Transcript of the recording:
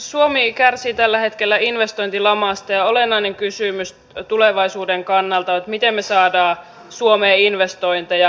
suomi kärsii tällä hetkellä investointilamasta ja olennainen kysymys tulevaisuuden kannalta on miten saamme suomeen investointeja